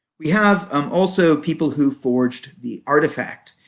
we have um also people who forged the artifact,